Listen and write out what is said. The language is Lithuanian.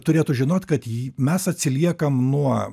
turėtų žinot kad j mes atsiliekam nuo